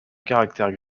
caractères